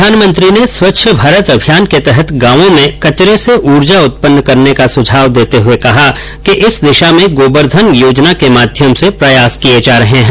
प्रधानमंत्री ने स्वच्छ भारत अभियान के तहत गांवों में कचरे से ऊर्जा उत्पन्न करने का सुझाव देते हुए कहा कि इस दिशा में गोबरधन योजना के माध्यम से प्रयास किए जा रहे हैं